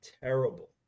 terrible